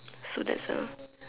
so that's a